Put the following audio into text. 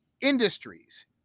industries